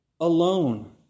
alone